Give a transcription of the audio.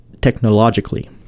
technologically